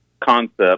concept